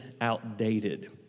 outdated